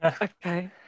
okay